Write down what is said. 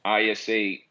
ISA